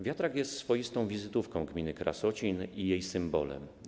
Wiatrak jest swoistą wizytówką gminy Krasocin i jej symbolem.